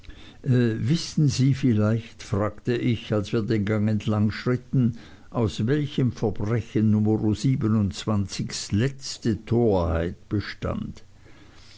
wissen sie vielleicht fragte ich als wir den gang entlang schritten aus welchem verbrechen numero s letzte torheit bestand